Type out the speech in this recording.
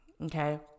Okay